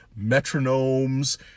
metronomes